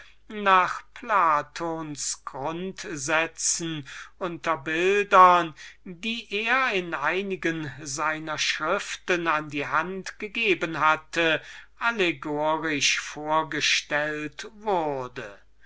nach den grundsätzen dieses weisen unter bildern welche er in einigen seiner schriften an die hand gegeben hatte auf eine allegorische art vorgestellt wurde